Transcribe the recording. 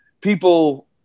people